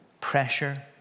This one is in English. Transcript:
pressure